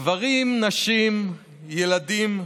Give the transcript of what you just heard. גברים, נשים, ילדים,